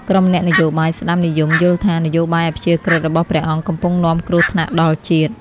ក្រុមអ្នកនយោបាយស្តាំនិយមយល់ថា នយោបាយអព្យាក្រឹតរបស់ព្រះអង្គកំពុងនាំគ្រោះថ្នាក់ដល់ជាតិ។